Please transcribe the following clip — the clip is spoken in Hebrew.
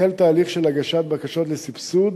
החל תהליך של הגשת בקשות לסבסוד